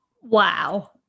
Wow